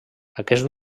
aquest